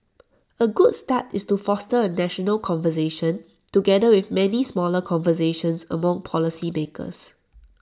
A good start is to foster A national conversation together with many smaller conversations among policy makers